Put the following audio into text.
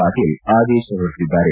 ಪಾಟೀಲ್ ಆದೇಶ ಹೊರಡಿಸಿದ್ದಾರೆ